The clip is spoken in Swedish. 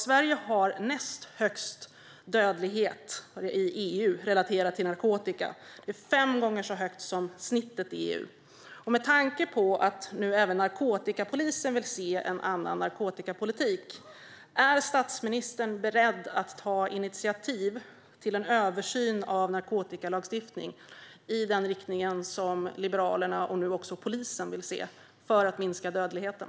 Sverige har näst högst dödlighet relaterad till narkotika i EU. Det är fem gånger så högt som snittet i EU. Med tanke på att även narkotikapolisen nu vill se en annan narkotikapolitik, är statsministern beredd att ta initiativ till en översyn av narkotikalagstiftningen i den riktning som Liberalerna och nu också polisen vill se för att minska dödligheten?